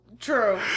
true